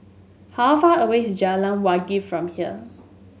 how far away is Jalan Wangi from here